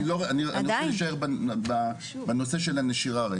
אני רוצה להשאר בנושא של הנשירה.